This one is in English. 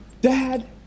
dad